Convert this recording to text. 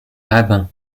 rabbin